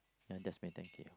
ya that's me thank you